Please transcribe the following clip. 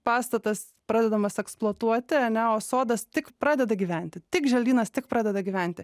pastatas pradedamas eksploatuoti ane o sodas tik pradeda gyventi tik želdynas tik pradeda gyventi